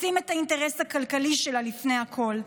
לשים את האינטרס הכלכלי שלה לפני הכול,